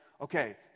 okay